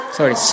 Sorry